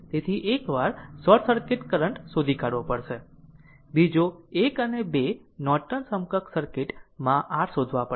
તેથી એકવાર short circuit current શોધી કાઢવો પડશે બીજો 1 અને 2 નોર્ટન સમકક્ષ સર્કિટ માં r શોધવા પડશે